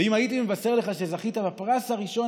ואם הייתי מבשר לך שזכית בפרס הראשון,